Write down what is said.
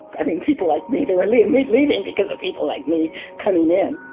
i mean people like me they were leaving were leaving because of people like me coming in